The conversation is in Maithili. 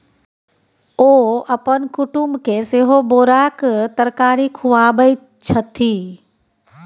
ओ अपन कुटुमके सेहो बोराक तरकारी खुआबै छथि